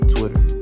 Twitter